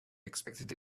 expected